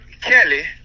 Kelly